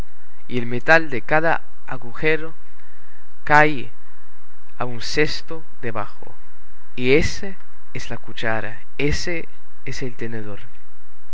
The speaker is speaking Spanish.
y el metal de cada agujero cae a un cesto debajo y ése es la cuchara ése es el tenedor